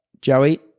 Joey